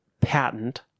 patent